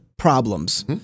problems